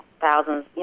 thousands